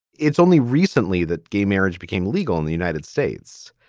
it's only recently that gay marriage became legal in the united states.